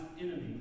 enemy